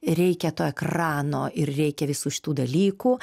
reikia to ekrano ir reikia visų šitų dalykų